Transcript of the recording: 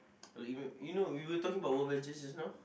you know you know we were talking about our adventures just now